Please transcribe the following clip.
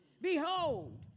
Behold